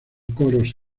coros